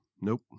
nope